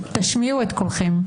תשמיעו את קולכם.